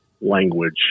language